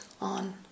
on